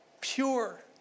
pure